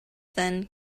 then